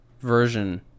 version